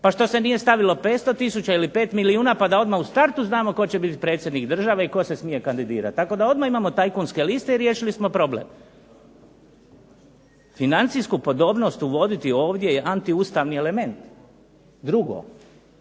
Pa što se nije stavilo 500 tisuća ili 5 milijuna pa da odmah u startu znamo tko će predsjednik države i tko se smije kandidirati. Tako da odmah imamo tajkunske liste i riješili smo problem. Financijsku podobnost uvoditi ovdje je antiustavni element. Drugo.